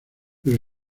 pero